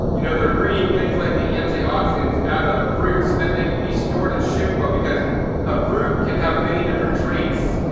you know, they're bringing things like the anti-oxidants out of the fruits so that they could be stored and shipped well. because a fruit could have many different traits.